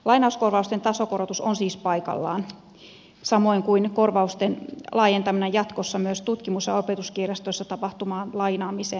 lainauskorvausten tasokorotus on siis paikallaan samoin kuin korvausten laajentaminen jatkossa myös tutkimus ja opetuskirjastoissa tapahtuvaan lainaamiseen